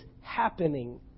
happening